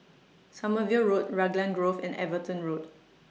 Sommerville Road Raglan Grove and Everton Road